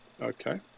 Okay